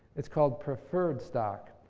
it's called preferred stock.